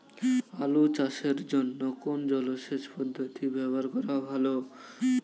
আলু চাষের জন্য কোন জলসেচ পদ্ধতি ব্যবহার করা ভালো?